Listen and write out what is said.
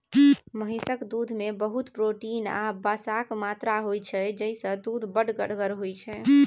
महिषक दुधमे बहुत प्रोटीन आ बसाक मात्रा होइ छै जाहिसँ दुध बड़ गढ़गर होइ छै